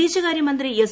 വിദേശകാര്യ മന്ത്രി എസ്